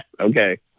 Okay